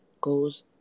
goes